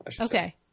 Okay